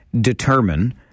determine